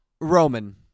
Roman